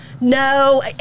No